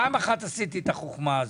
פעם אחת עשיתי את החוכמה הזאת.